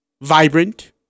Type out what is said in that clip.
vibrant